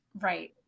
Right